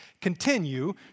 continue